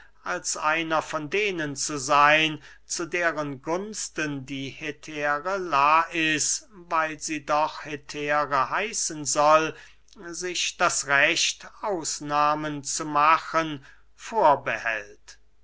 als einer von denen zu seyn zu deren gunsten die hetäre lais weil sie doch hetäre heißen soll sich das recht ausnahmen zu machen vorbehält